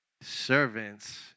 Servants